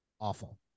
awful